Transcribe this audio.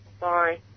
Bye